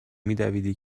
میدویدی